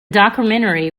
documentary